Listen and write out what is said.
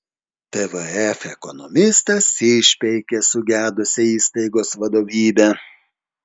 tvf ekonomistas išpeikė sugedusią įstaigos vadovybę